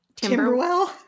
Timberwell